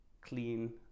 clean